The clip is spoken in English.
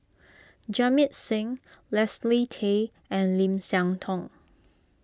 Jamit Singh Leslie Tay and Lim Siah Tong